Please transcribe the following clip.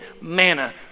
manna